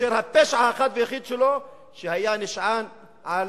אשר הפשע האחד והיחיד שלו היה שנשען על